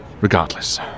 Regardless